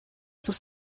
sus